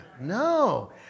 No